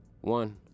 one